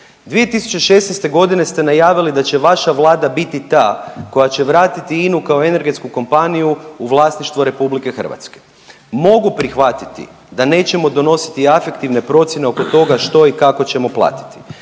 2016.g. ste najavili da će vaša vlada biti ta koja će vratiti Inu kao energetsku kompaniju u vlasništvo RH. Mogu prihvatiti da nećemo donositi afektivne procjene oko toga što i kako ćemo platiti.